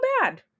bad